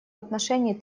отношении